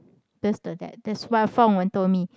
that's the dad that's what Fang Wen told me